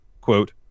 quote